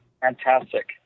Fantastic